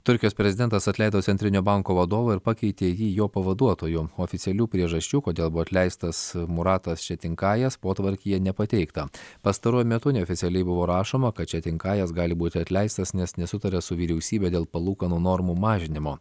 turkijos prezidentas atleido centrinio banko vadovą ir pakeitė jį jo pavaduotoju oficialių priežasčių kodėl buvo atleistas muratas četinkajas potvarkyje nepateikta pastaruoju metu neoficialiai buvo rašoma kad četinkajas gali būti atleistas nes nesutaria su vyriausybe dėl palūkanų normų mažinimo